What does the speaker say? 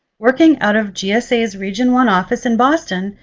working out of gsa's region one office in boston,